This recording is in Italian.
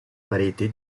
pareti